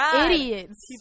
idiots